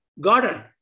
garden